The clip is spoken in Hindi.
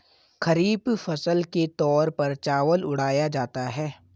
खरीफ फसल के तौर पर चावल उड़ाया जाता है